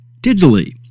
digitally